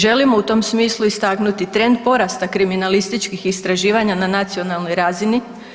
Želimo u tom smislu istaknuti trend porasta kriminalističkih istraživanja na nacionalnoj razini.